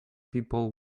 people